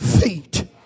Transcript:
feet